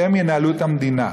והם ינהלו את המדינה.